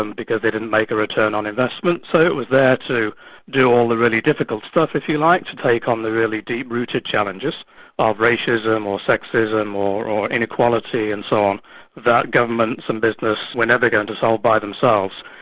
and because they didn't make a return on investment. so it was there to do all the really difficult stuff, if you like, to take on the really deep-rooted challenges of ah racism or sexism or or inequality and so on that governments and business were never going to solve by themselves.